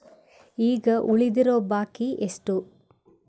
ಈಗ ಉಳಿದಿರೋ ಬಾಕಿ ಎಷ್ಟು?